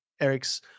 Eric's